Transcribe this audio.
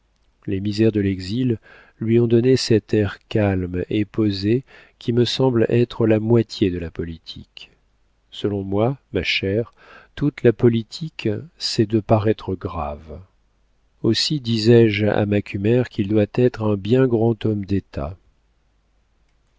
les misères de l'exil lui ont donné cet air calme et posé qui me semble être la moitié de la politique selon moi ma chère toute la politique c'est de paraître grave aussi disais-je à macumer qu'il doit être un bien grand homme d'état